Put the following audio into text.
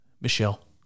Michelle